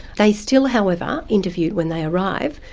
they still however interview when they arrive,